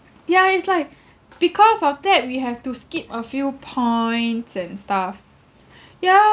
ya is like because of that we have to skip a few points and stuff